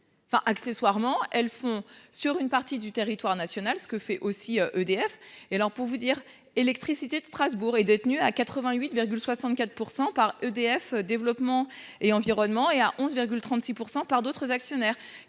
enfin accessoirement elles font sur une partie du territoire national. Ce que fait aussi EDF et alors pour vous dire Électricité de Strasbourg est détenu à 88,64% par EDF, développement et environnement et à 11,36% par d'autres actionnaires